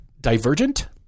divergent